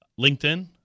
LinkedIn